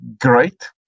great